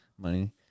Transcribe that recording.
Money